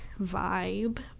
vibe